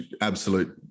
absolute